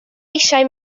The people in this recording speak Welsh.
eisiau